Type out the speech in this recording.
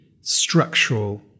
structural